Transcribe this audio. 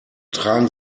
tragen